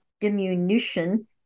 diminution